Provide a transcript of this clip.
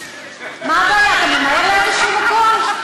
מה הבעיה, אתה ממהר לאיזה מקום?